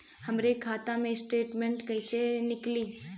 हमरे खाता के स्टेटमेंट कइसे निकली?